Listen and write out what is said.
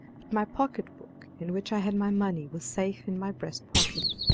but my pocket-book in which i had my money was safe in my breast pocket.